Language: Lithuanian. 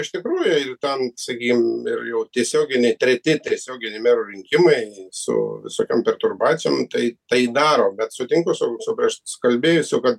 iš tikrųjų ir ten sakykim ir jau tiesioginiai treti tiesioginiai merų rinkimai su visokiom perturbacijom tai tai daro bet sutinku su su prieš su kalbėjusiu kad